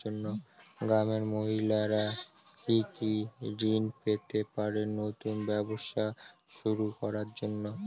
গ্রামের মহিলারা কি কি ঋণ পেতে পারেন নতুন ব্যবসা শুরু করার জন্য?